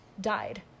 died